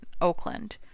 Oakland